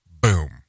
boom